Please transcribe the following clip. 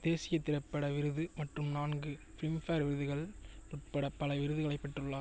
தேசிய திரைப்பட விருது மற்றும் நான்கு ஃப்லிம்பேர் விருதுகள் உட்பட பல விருதுகளைப் பெற்றுள்ளார்